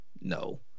No